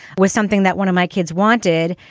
was something that one of my kids wanted.